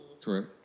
Correct